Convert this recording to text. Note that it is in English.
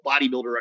bodybuilder